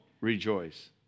rejoice